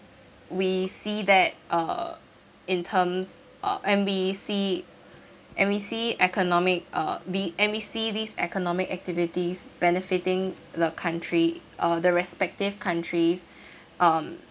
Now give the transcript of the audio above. we see that uh in terms uh and we see and we see economic uh be~ and we see these economic activities benefiting the country uh the respective countries um